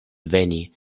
veni